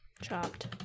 chopped